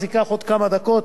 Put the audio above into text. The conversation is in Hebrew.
אז זה ייקח עוד כמה דקות.